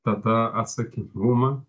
tada atsakingumą